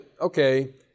okay